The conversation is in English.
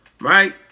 right